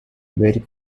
very